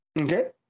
Okay